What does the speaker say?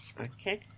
Okay